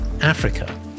Africa